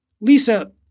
Lisa